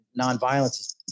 nonviolence